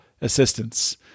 assistance